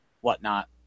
whatnot